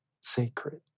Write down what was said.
sacred